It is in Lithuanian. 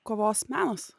kovos menas